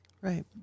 Right